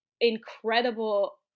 incredible